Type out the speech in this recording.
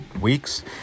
weeks